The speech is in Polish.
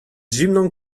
zimną